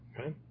Okay